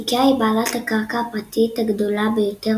איקאה היא בעלת הקרקע הפרטית הגדולה ביותר